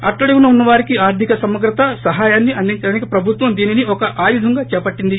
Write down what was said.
అట్టడుగున ఉన్నవారికి ఆర్దిక సమగ్రత సహాయాన్ని అందించడానికి ప్రభుత్వం దీనిని ఒక ఆయుధంగా చేపట్టింది